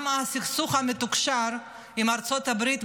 גם הסכסוך המתוקשר עם ארצות הברית,